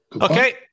okay